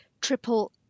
triple